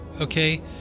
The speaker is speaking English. okay